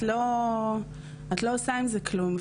את לא עושה עם זה כלום.